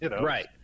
right